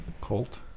colt